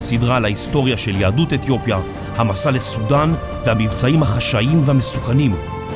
סדרה על ההיסטוריה של יהדות אתיופיה, המסע לסודאן והמבצעים החשאיים והמסוכנים.